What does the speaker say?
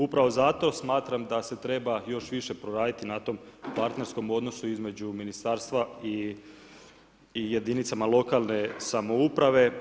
Upravo zato smatram da se treba još više proraditi na tom partnerskom odnosu između ministarstva i jedinicama lokalne samouprave.